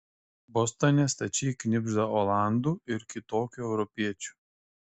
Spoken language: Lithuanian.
bostone stačiai knibžda olandų ir kitokių europiečių